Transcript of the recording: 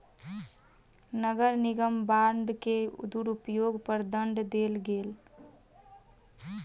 नगर निगम बांड के दुरूपयोग पर दंड देल गेल